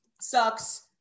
sucks